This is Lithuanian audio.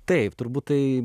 taip turbūt tai